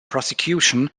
prosecution